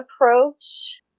approach